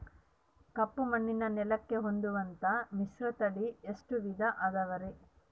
ಕಪ್ಪುಮಣ್ಣಿನ ನೆಲಕ್ಕೆ ಹೊಂದುವಂಥ ಮಿಶ್ರತಳಿ ಎಷ್ಟು ವಿಧ ಅದವರಿ?